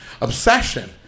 obsession